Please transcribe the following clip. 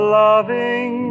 loving